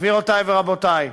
גבירותי ורבותי,